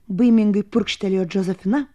baimingai purkštelėjo džozefina